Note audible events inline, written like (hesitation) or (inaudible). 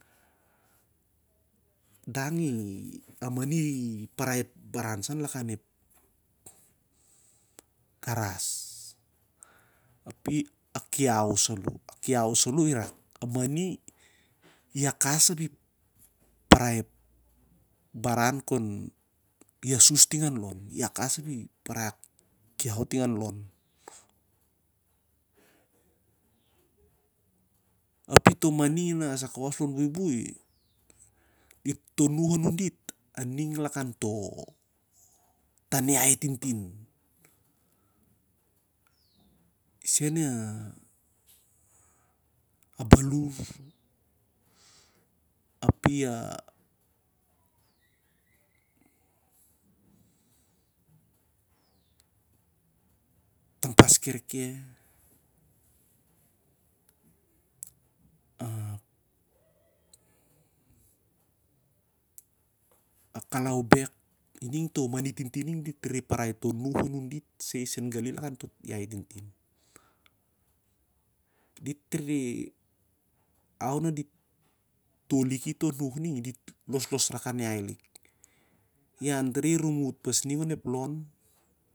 Dang a mani i parai ep baran sa lakan ep garas. Api a kiau saloh irak, i akas ap i parai ep baran api asus ting anlon. Api toh mani na sai kawas lon buibui toh nun anun dit- aning lakan toh iaihi tingin. Isen a balus api a tampas kereke (hesitation) kalaubek isen toh manin tintin dit ani si gali lakan toh iahi tintin. Dit re woki to nuh ning, ian tari rumut pas ring onep long.